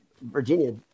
Virginia